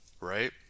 right